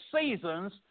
seasons